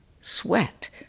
Sweat